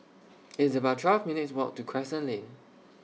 It's about twelve minutes' Walk to Crescent Lane